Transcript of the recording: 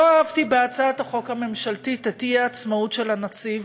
לא אהבתי בהצעת החוק הממשלתית את האי-עצמאות של הנציב,